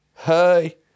Hey